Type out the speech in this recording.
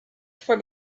for